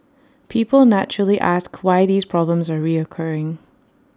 people naturally ask why these problems are reoccurring